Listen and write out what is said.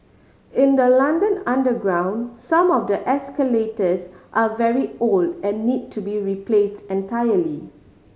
in the London underground some of the escalators are very old and need to be replace entirety